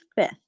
fifth